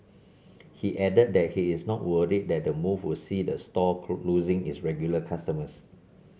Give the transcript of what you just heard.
he added that he is not worried that the move will see the store losing its regular customers